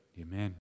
Amen